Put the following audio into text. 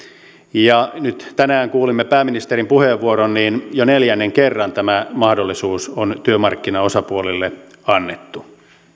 ja nyt tänään kuulimme pääministerin puheenvuoron jo neljännen kerran tämä mahdollisuus on nyt työmarkkinaosapuolille annettu